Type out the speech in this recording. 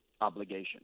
obligation